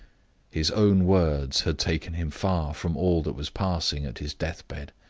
his own words had taken him far from all that was passing at his deathbed.